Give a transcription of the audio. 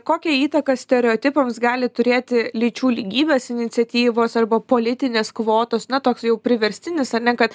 kokią įtaką stereotipams gali turėti lyčių lygybės iniciatyvos arba politinės kvotos na toks jau priverstinis ar ne kad